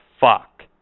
fuck